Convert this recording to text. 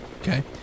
okay